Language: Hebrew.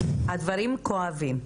הדברים כואבים.